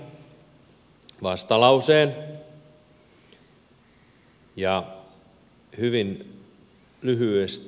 hyvin lyhyesti